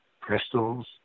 crystals